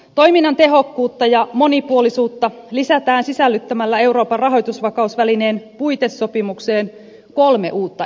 toiminnan tehokkuutta ja monipuolisuutta lisätään sisällyttämällä euroopan rahoitusvakausvälineen puitesopimukseen kolme uutta elementtiä